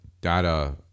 data